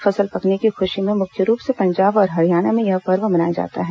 फसल पकने की खुशी में मुख्य रूप से पंजाब और हरियाणा में यह पर्व मनाया जाता है